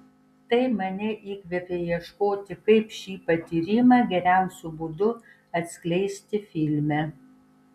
tai mane įkvėpė ieškoti kaip šį patyrimą geriausiu būdu atskleisti filme